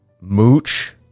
mooch